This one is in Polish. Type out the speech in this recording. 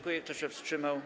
Kto się wstrzymał?